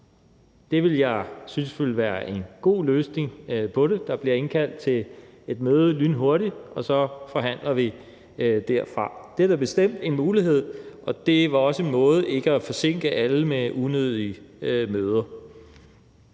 Det ville jeg synes ville være en god løsning på det. Der bliver indkaldt til et møde lynhurtigt, og så forhandler vi derfra. Det er da bestemt en mulighed, og det er også en måde ikke at forsinke alle med unødige møder